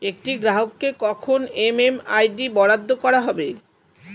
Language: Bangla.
একটি গ্রাহককে কখন এম.এম.আই.ডি বরাদ্দ করা হবে?